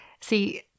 See